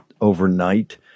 overnight